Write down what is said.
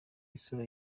isura